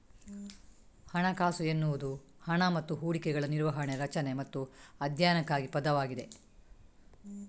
ಹಣಕಾಸು ಎನ್ನುವುದು ಹಣ ಮತ್ತು ಹೂಡಿಕೆಗಳ ನಿರ್ವಹಣೆ, ರಚನೆ ಮತ್ತು ಅಧ್ಯಯನಕ್ಕಾಗಿ ಪದವಾಗಿದೆ